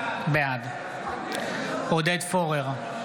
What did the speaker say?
בעד עודד פורר,